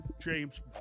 James